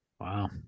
Wow